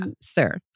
sir